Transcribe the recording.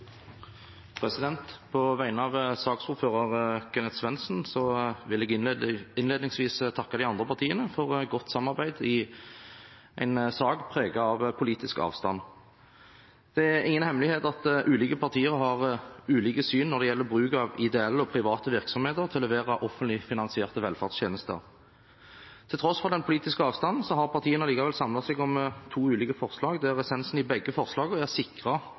På vegne av saksordfører Kenneth Svendsen vil jeg innledningsvis takke de andre partiene for godt samarbeid i en sak preget av politisk avstand. Det er ingen hemmelighet at ulike partier har ulike syn når det gjelder bruk av ideelle og private virksomheter til å levere offentlig finansierte velferdstjenester. Til tross for den politiske avstanden har partiene likevel samlet seg om to ulike forslag, der essensen i begge forslagene er å sikre at midler som går over offentlige budsjetter, går til velferdsproduksjon. Dette er